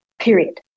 Period